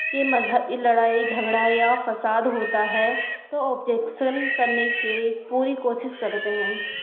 کی مذہبی لڑائی جھگڑا یا فساد ہوتا ہے تو آبجیکسن کرنے کے پوری کوشش کرتے ہیں